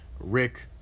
Rick